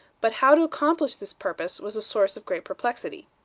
but how to accomplish this purpose was a source of great perplexity.